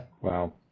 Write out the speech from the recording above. Wow